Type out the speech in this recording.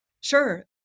Sure